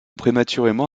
prématurément